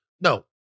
No